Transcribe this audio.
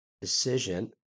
decision